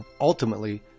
ultimately